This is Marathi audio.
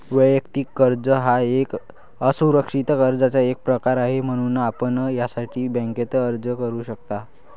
वैयक्तिक कर्ज हा एक असुरक्षित कर्जाचा एक प्रकार आहे, म्हणून आपण यासाठी बँकेत अर्ज करू शकता